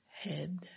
head